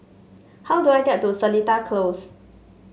how do I get to Seletar Close